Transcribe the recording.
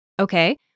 Okay